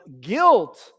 guilt